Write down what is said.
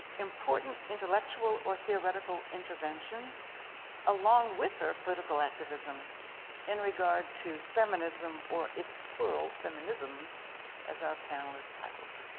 important intellectual or theoretical interventions along with her political activism in regard to feminism or it's plural feminisms as our panelists titled.